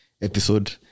episode